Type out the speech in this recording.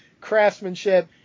craftsmanship